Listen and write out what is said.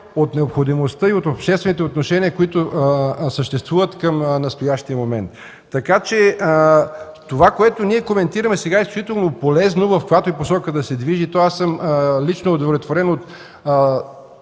от необходимостта и от обществените отношения, които съществуват към настоящия момент. Това, което коментираме сега, е изключително полезно, в каквато и посока да се движи то. Аз съм лично удовлетворен от